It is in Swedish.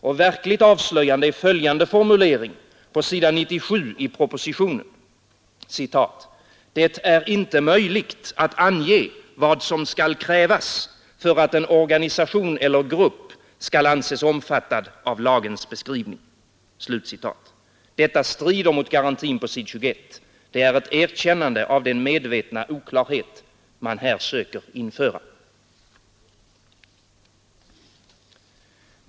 Och verkligt avslöjande är följande formulering på s. 97 i propositionen: ”Det är inte möjligt att ange vad som skall krävas för att en organisation eller grupp skall anses omfattad av denna beskrivning.” Detta strider mot garantin på s. 21. Det är ett erkännande av den medvetna oklarhet man här söker införa.